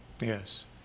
Yes